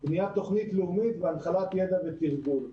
בניית תוכנית לאומית והנחלת ידע ותרגול.